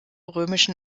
römischen